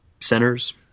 centers